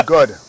Good